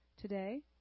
today